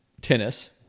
Tennis